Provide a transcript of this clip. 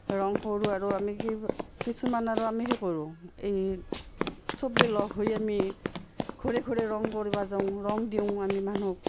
ৰং কৰোঁ আৰু আমি কি কিছুমান আৰু আমি সেই কৰোঁ এই চবে লগ হৈ আমি ঘৰে ঘৰে ৰং কৰিব যাওঁ ৰং দিওঁ আমি মানুহক